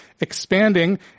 expanding